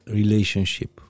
relationship